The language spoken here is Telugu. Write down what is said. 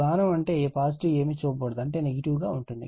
ఈ బాణం అంటే పాజిటివ్ ఏమీ చూపబడదు అంటే నెగిటివ్ గా ఉంటుంది